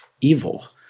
evil